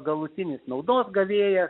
galutinis naudos gavėjas